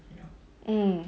mm